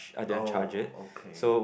oh oh okay